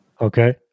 Okay